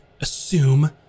assume